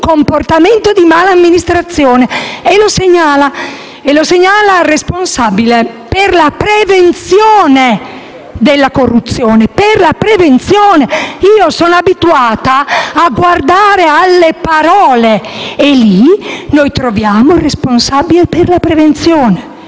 comportamento di mala amministrazione e segnalarli al responsabile per la prevenzione della corruzione. Io sono abituata a guardare alle parole e lì noi troviamo il responsabile per la prevenzione.